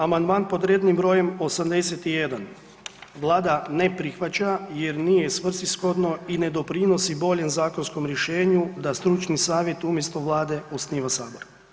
Amandman pod rednim brojem 81 Vlada ne prihvaća jer nije svrsishodno i ne doprinosi boljem zakonskom rješenju da stručni savjet umjesto Vlade osniva Sabor.